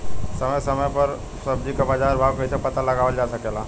समय समय समय पर सब्जी क बाजार भाव कइसे पता लगावल जा सकेला?